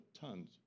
tons